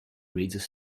raises